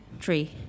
three